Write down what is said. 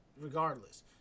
regardless